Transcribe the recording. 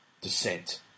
descent